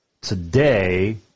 today